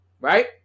right